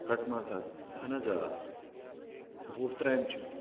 کَٹہٕ ماز حظ اہن حظ آ وُہ ترٛامہِ چھِ